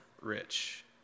rich